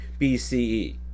BCE